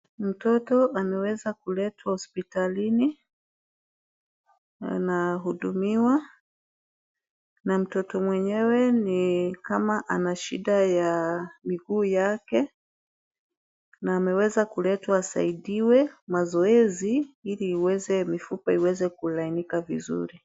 Mtoto ameweza kuletwa hospitalini anahudumiwa na mtoto mwenyewe ni kama anashida ya miguu yake na ameweza kuletwa asaidiwe mazoezi ili iweze mifupa iweze kulainika vizuri.